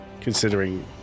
Considering